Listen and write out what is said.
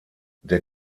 der